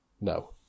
No